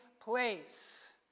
place